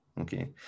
okay